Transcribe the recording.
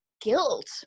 guilt